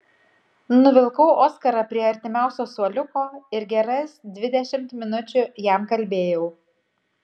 nuvilkau oskarą prie artimiausio suoliuko ir geras dvidešimt minučių jam kalbėjau